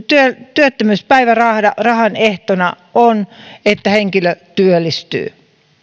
työttömyyspäivärahan ehtona on että henkilö työllistyy